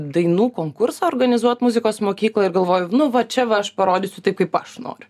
dainų konkursą organizuot muzikos mokykla ir galvoju nu va čia va aš parodysiu taip kaip aš noriu